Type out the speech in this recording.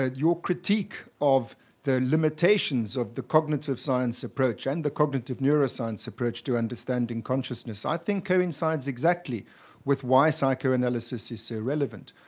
ah your critique of the limitations of the cognitive science approach and the cognitive neuroscience approach to understanding consciousness, i think coincides exactly with why psychoanalysis is so relevant.